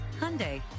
Hyundai